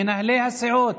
מנהלי הסיעות,